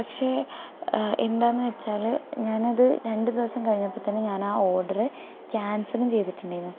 പക്ഷെ എന്താന്ന് വച്ചാല് ഞാനത് രണ്ടു ദിവസം കഴിഞ്ഞപ്പോൾ തന്നെ ഞാൻ ആ ഓർഡറ് ക്യാൻസൽ ചെയ്തിട്ടുണ്ടായിരുന്നു